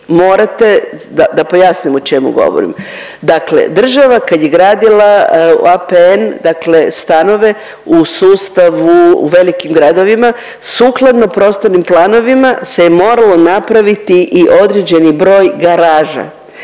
morate da pojasnim o čemu govorim. Dakle, država kad je gradila APN stanove u sustavu u velikim gradovima sukladno prostornim planovima se je moralo napraviti i određeni broj garaža